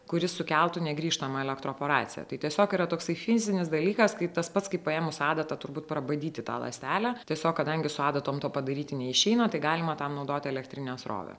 kuris sukeltų negrįžtamą elektroporaciją tai tiesiog yra toksai fizinis dalykas kaip tas pats kaip paėmus adatą turbūt prabadyti tą ląstelę tiesiog kadangi su adatom to padaryti neišeina tai galima tam naudoti elektrinę srovę